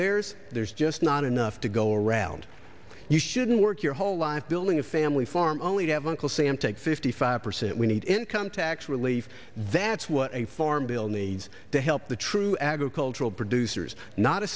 there's there's just not enough to go around you shouldn't work your whole life building a family farm only have until sam take fifty five percent we need income tax relief that's what a farm bill needs to help the true agricultural producers not a